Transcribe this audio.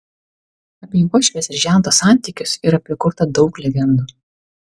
apie uošvės ir žento santykius yra prikurta daug legendų